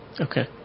Okay